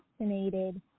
vaccinated